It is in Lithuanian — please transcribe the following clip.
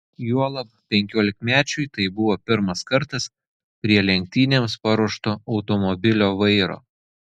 juolab penkiolikmečiui tai buvo pirmas kartas prie lenktynėms paruošto automobilio vairo